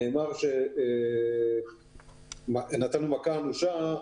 נאמר שנתנו מכה אנושה.